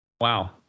Wow